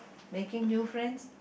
making new friends